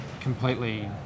completely